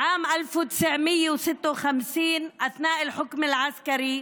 בשנת 1956, במהלך השלטון הצבאי,